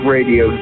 Radio